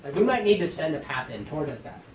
you might need to send a path in. tor does that.